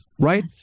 right